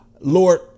Lord